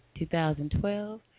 2012